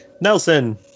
Nelson